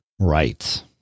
Right